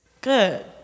Good